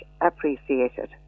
appreciated